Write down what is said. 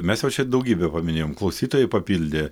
mes jau čia daugybę paminėjom klausytojai papildė